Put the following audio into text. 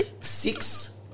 six